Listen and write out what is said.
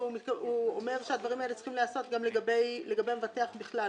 והוא אומר שהדברים האלה צריכים להיעשות לגבי המבטח בכלל,